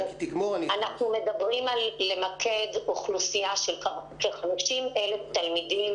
אנחנו מדברים על למקד אוכלוסייה של כ-50,000 תלמידים,